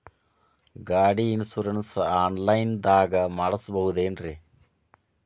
ಗಾಡಿ insurance online ದಾಗ ಮಾಡಸ್ಬಹುದೆನ್ರಿ?